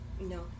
No